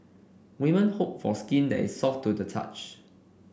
women hope for skin that is soft to the touch